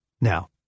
Now